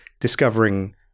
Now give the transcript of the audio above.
discovering